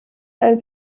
als